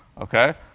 ok?